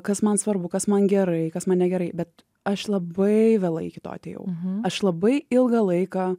kas man svarbu kas man gerai kas mane gerai bet aš labai vėlai kito atėjau aš labai ilgą laiką